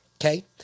Okay